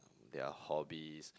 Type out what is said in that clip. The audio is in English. their hobbies